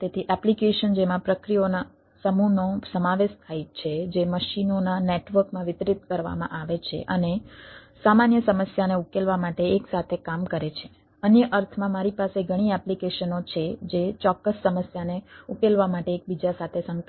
તેથી એપ્લિકેશન જેમાં પ્રક્રિયાઓના સમૂહનો સમાવેશ થાય છે જે મશીનો નું ઑર્કેસ્ટ્રેશન